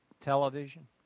Television